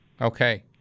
Okay